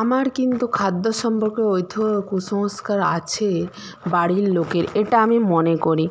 আমার কিন্তু খাদ্য সম্পর্কে ওইতো কুসংস্কার আছে বাড়ির লোকের এটা আমি মনে করি